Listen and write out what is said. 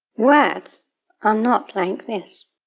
words are not like this.